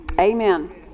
amen